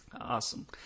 Awesome